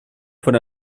von